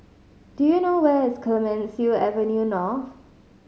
do you know where is Clemenceau Avenue North